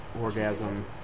Orgasm